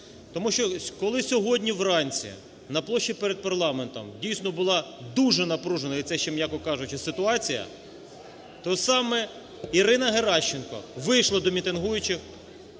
Тому що, коли сьогодні вранці на площі перед парламентом дійсно була дуже напружена, і це ще м'яко кажучи, ситуація, то саме Ірина Геращенко вийшла до мітингуючих.